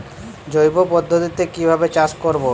জৈব পদ্ধতিতে কিভাবে চাষ করব?